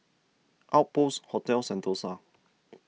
Outpost Hotel Sentosa